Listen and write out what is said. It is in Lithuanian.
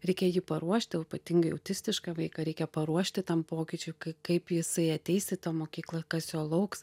reikia jį paruošti o ypatingai autistišką vaiką reikia paruošti tam pokyčiui kai kaip jisai ateis į tą mokyklą kas jo lauks